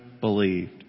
believed